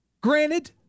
Granted